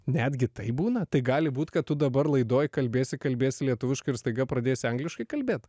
netgi taip būna tai gali būt kad tu dabar laidoj kalbėsi kalbėsi lietuviškai ir staiga pradės angliškai kalbėti